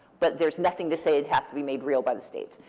but there's nothing to say it has to be made real by the states.